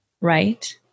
right